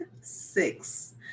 six